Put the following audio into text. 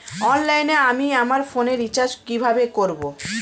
অনলাইনে আমি আমার ফোনে রিচার্জ কিভাবে করব?